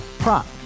Prop